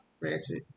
Ratchet